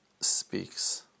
speaks